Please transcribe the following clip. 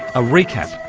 a recap.